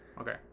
Okay